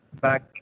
back